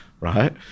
right